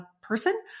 person